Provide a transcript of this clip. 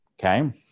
Okay